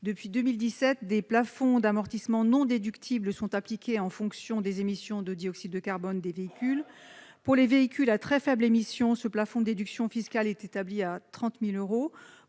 Depuis 2017, des plafonds d'amortissement non déductibles sont appliqués en fonction des émissions de dioxyde de carbone des véhicules. Pour les véhicules à très faibles émissions, ce plafond de déduction fiscale est établi à 30 000 euros,